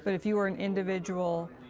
but if you are an individual,